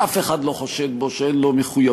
שאף אחד לא חושד בו שאין לו מחויבות